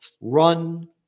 run